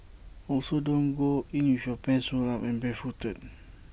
also don't go in with your pants rolled up and barefooted